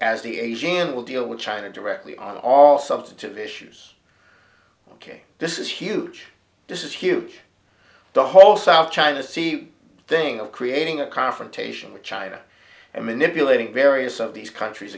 as the asian man will deal with china directly on all substantive issues ok this is huge this is huge the whole south china sea thing of creating a confrontation with china and manipulating various of these countries